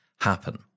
happen